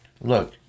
Look